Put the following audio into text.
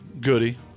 Goody